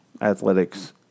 athletics